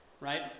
right